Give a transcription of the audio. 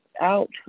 out